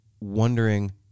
wondering